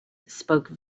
spoke